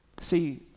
See